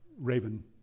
raven